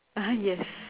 (uh huh) yes